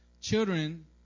Children